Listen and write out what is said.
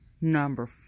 Number